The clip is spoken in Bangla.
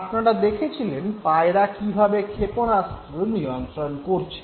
আপনারা দেখেছিলেন পায়রা কীভাবে ক্ষেপণাস্ত্র নিয়ন্ত্রণ করছে